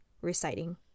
reciting